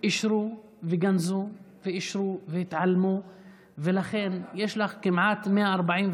אני מוכן להקשיב לך עד הסוף.